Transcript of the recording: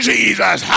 Jesus